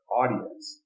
audience